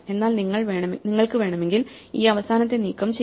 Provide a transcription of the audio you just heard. എന്നാൽ നിങ്ങൾക്ക് വേണമെങ്കിൽ ഈ അവസാനത്തെ നീക്കം ചെയ്യാം